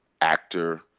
actor